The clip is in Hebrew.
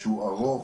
שהוא ארוך.